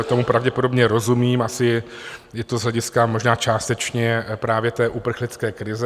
Tomu pravděpodobně rozumím, je to z hlediska možná částečně právě té uprchlické krize.